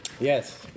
Yes